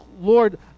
Lord